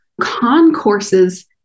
Concourses